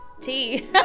Tea